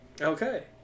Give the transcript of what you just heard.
Okay